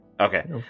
Okay